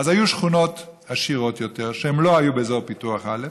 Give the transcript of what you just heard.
היו שכונות עשירות יותר שלא היו באזור פיתוח א',